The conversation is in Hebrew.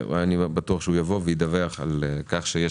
אני בטוח שהוא יבוא וידווח על כך שיש